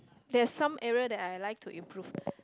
there's some area that I like to improve